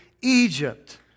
Egypt